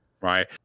right